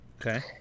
okay